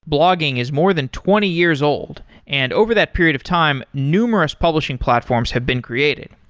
blogging is more than twenty years old. and over that period of time, numerous publishing platforms have been created.